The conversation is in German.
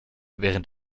während